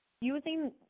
Using